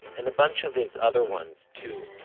and a bunch of his other ones too,